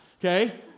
okay